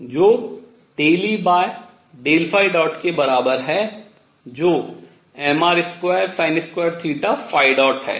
और यह pϕ है जो ∂E∂ के बराबर है जो mr2θϕ̇ है